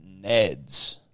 Neds